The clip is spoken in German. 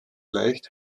leicht